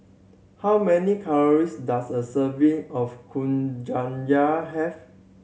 how many calories does a serving of Kuih Syara have